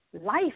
life